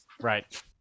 Right